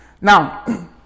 now